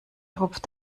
rupft